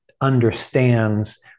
understands